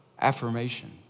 affirmation